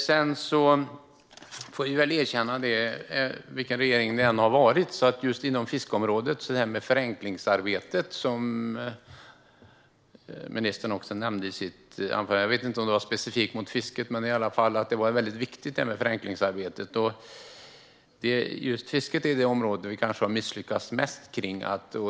Ministern nämnde förenklingsarbetet i sitt anförande; jag vet inte om det handlade specifikt om fisket, men det var i alla fall väldigt viktigt. Vi får väl erkänna att vad det än har varit för regering är just fisket det område som vi kanske har misslyckats mest kring.